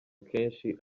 akenshi